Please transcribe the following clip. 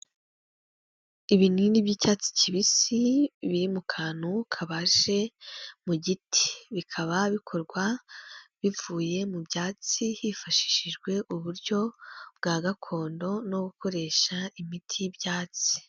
Ibinini by'icyatsi kibisi biri mu kantu kabaje mu giti. Bikaba bikorwa bivuye mu byatsi hifashishijwe uburyo bwa gakondo no gukoresha imiti y'ibyatsi.